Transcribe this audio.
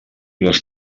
les